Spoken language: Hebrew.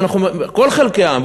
כל חלקי העם,